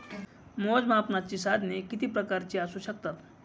मोजमापनाची साधने किती प्रकारची असू शकतात?